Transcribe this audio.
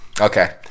Okay